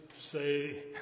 say